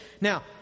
now